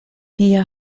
mia